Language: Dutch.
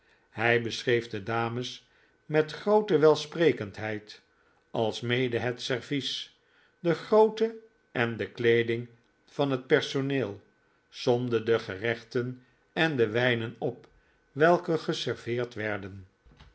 hij beschreef de dames met groote welsprekendheid alsmede het servies de grootte en de kleeding van het personeel somde de gerechten en de wijnen op welke geserveerd werden